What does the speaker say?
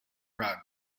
rug